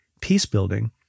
peace-building